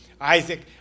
Isaac